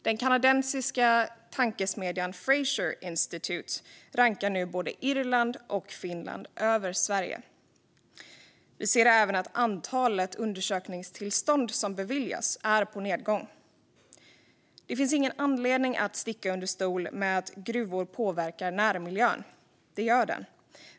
Den kanadensiska tankesmedjan Fraser Institute rankar både Irland och Finland högre än Sverige. Vi ser även att antalet beviljade undersökningstillstånd är på nedgång. Det finns ingen anledning att sticka under stol med att gruvor påverkar närmiljön, för det gör de.